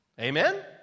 amen